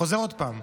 אני חוזר עוד פעם: